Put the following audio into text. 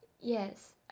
Yes